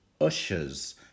Ushers